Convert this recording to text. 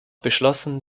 beschlossen